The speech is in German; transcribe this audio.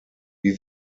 wie